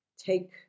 take